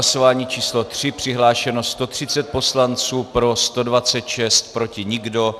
Hlasování číslo 3, přihlášeno 130 poslanců, pro 126, proti nikdo.